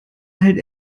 halt